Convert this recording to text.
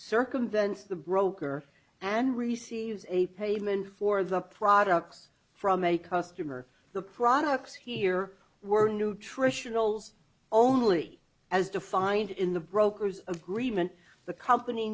circumvents the broker and receives a payment for the products from a customer the products here were nutritionals only as defined in the broker's agreement the company